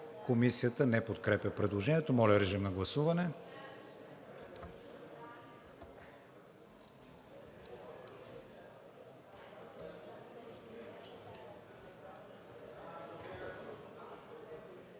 Комисията не подкрепя предложението. Моля, режим на гласуване.